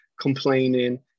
complaining